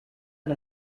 and